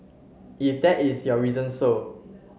if that is your reason so